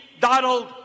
Donald